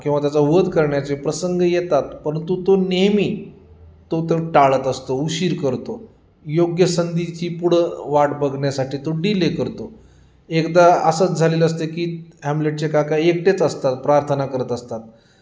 किंवा त्याचा वध करण्याचे प्रसंग येतात परंतु तो नेहमी तो ते टाळत असतो उशीर करतो योग्य संधीची पुढं वाट बघण्या्साठी तो डिले करतो एकदा असंच झालेलं असतें की हॅम्लेटचे काका एकटेच असतात प्रार्थना करत असतात